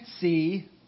see